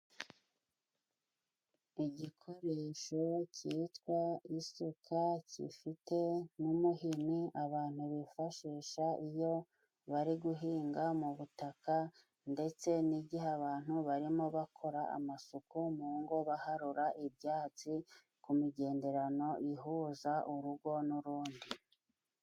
Igikoresho cyitwa isuka gifite n'umuhini abantu bifashisha iyo bari guhinga mu butaka, ndetse n'igihe abantu barimo bakora amasuku mu ngo, baharura ibyatsi ku migenderano ihuza urugo n'urundi.